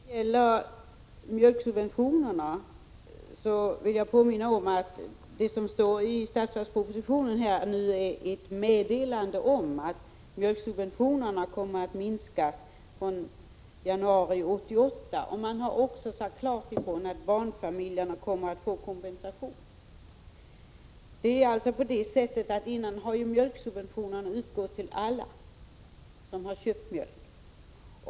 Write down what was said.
Herr talman! När det gäller mjölksubventionerna vill jag påminna om att det som står i budgetpropositionen är ett meddelande om att mjölksubventionerna kommer att minskas från januari 1988. Men man har också klart sagt ifrån att barnfamiljerna kommer att få kompensation. Tidigare har mjölksubventionerna utgått till alla som köpt mjölk.